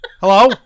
Hello